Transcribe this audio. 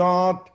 God